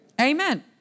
Amen